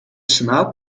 senaat